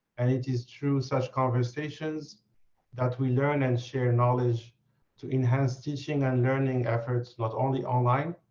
and it is true, such conversations that we learn and share knowledge to enhance teaching and learning efforts not only online,